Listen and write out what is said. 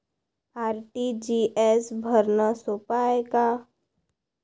RTGS भरनं सोप हाय का?